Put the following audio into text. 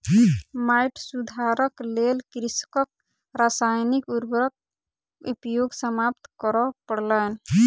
माइट सुधारक लेल कृषकक रासायनिक उर्वरक उपयोग समाप्त करअ पड़लैन